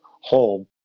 home